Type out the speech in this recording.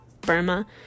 Burma